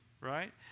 right